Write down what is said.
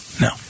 No